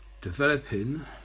developing